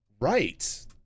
right